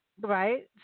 Right